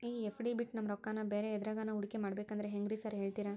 ಈ ಎಫ್.ಡಿ ಬಿಟ್ ನಮ್ ರೊಕ್ಕನಾ ಬ್ಯಾರೆ ಎದ್ರಾಗಾನ ಹೂಡಿಕೆ ಮಾಡಬೇಕಂದ್ರೆ ಹೆಂಗ್ರಿ ಸಾರ್ ಹೇಳ್ತೇರಾ?